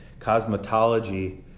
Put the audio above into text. cosmetology